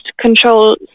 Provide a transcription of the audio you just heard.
control